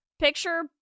picture